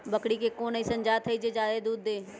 बकरी के कोन अइसन जात हई जे जादे दूध दे?